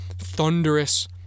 thunderous